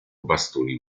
bastoni